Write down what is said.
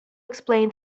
explain